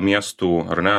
miestų ar ne